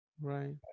Right